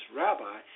rabbi